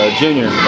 junior